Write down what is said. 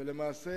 ולמעשה,